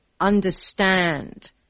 understand